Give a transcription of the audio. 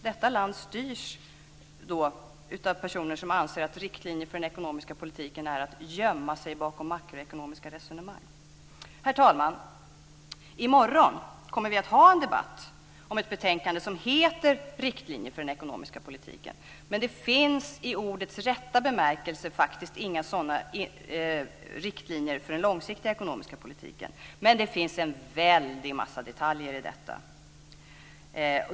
Detta land styrs då av personer som anser att riktlinjer för den ekonomiska politiken är att gömma sig bakom makroekonomiska resonemang. Herr talman! I morgon kommer vi att ha en debatt om ett betänkande som heter Riktlinjer för den ekonomiska politiken, utgiftstak, m.m. Det finns i ordets rätta bemärkelse inga sådana riktlinjer för den långsiktiga ekonomiska politiken, men det finns en väldig massa detaljer i detta.